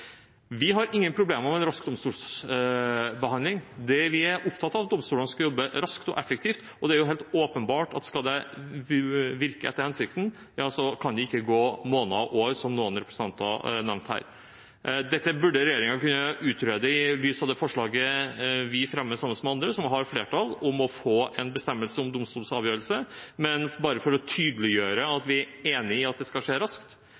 Vi har ingen problemer med en rask domstolsbehandling. Det vi er opptatt av, er at domstolene skal jobbe raskt og effektivt, og det er jo helt åpenbart at skal det virke etter hensikten, kan det ikke gå måneder og år, som noen representanter nevnte her. Dette burde regjeringen kunne utrede i lys av det forslaget vi fremmer sammen med andre – som har flertall – om å få en bestemmelse om domstolsavgjørelse, men bare for å tydeliggjøre at vi er enig i at det skal skje raskt,